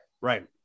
Right